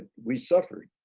we suffered